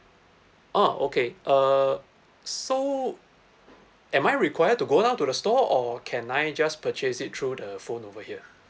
ah okay uh so am I required to go down to the store or can I just purchase it through the phone over here